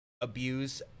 abuse